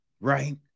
right